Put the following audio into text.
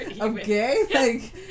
okay